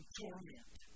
torment